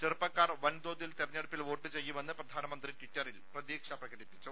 ചെറുപ്പക്കാർ വൻതോതിൽ തെരഞ്ഞെടുപ്പിൽ വോട്ടു ചെയ്യുമെന്ന് പ്രധാനമന്ത്രി ടിറ്ററിൽ പ്രതീക്ഷ പ്രകടിപ്പിച്ചു